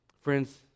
Friends